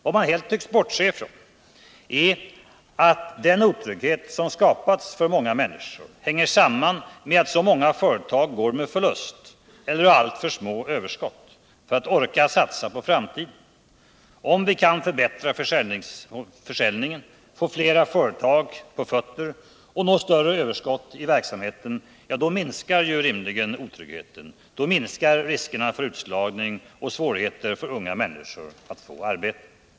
Vad man helt tycks bortse från är att den otrygghet som skapats för många människor hänger samman med att så många företag går med förlust eller har alltför små överskott för att orka satsa på framtiden. Om vi kan förbättra försäljningen, få fler företag på fötter och nå större överskott i verksamheten, minskar ju rimligen otryggheten, riskerna för utslagning och svårigheterna för unga människor att få arbete.